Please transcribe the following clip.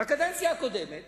בקדנציה הקודמת